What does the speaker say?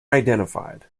identified